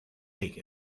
take